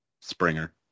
Springer